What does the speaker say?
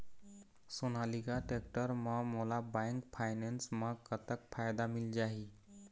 Sonalika tractor म मोला bank finance म कतक फायदा मिल जाही?